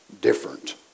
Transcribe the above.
different